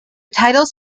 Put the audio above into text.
titles